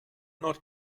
not